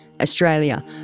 australia